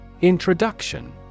Introduction